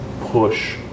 push